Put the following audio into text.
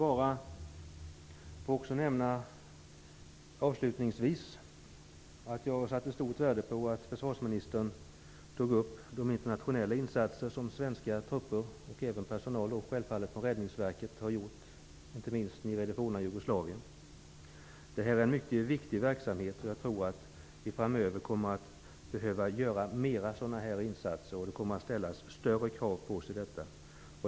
Avslutningsvis vill jag nämna att jag satte stort värde på att försvarsministern tog upp de internationella insatser som svenska trupper och personal från Räddningsverket har gjort, inte minst i det forna Jugoslavien. Detta är en mycket betydelsefull verksamhet, och det kommer nog att bli aktuellt med flera insatser av den här typen i framtiden. Det kommer att ställas större krav på oss i detta sammanhang.